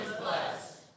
blessed